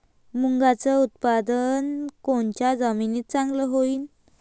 मुंगाचं उत्पादन कोनच्या जमीनीत चांगलं होईन?